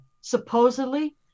Supposedly